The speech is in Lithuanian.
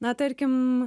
na tarkim